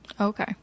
Okay